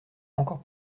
encore